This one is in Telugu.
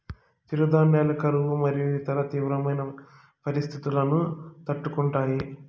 చిరుధాన్యాలు కరువు మరియు ఇతర తీవ్రమైన పరిస్తితులను తట్టుకుంటాయి